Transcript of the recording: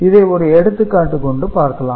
இதை ஒரு எடுத்துக் காட்டு கொண்டு பார்க்கலாம்